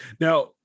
Now